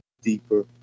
deeper